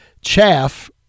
Chaff